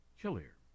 chillier